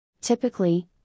Typically